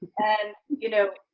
and you know,